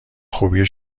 خوبی